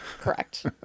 Correct